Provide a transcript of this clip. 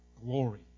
glory